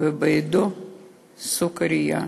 ובידו סוכרייה,